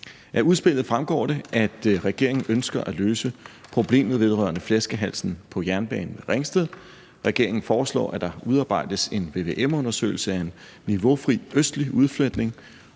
Af udspillet fremgår det, at regeringen ønsker at løse problemet vedrørende flaskehalsen på jernbanen i Ringsted. Regeringen foreslår, at der udarbejdes en vvm-undersøgelse af en niveaufri østlig udfletning